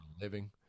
living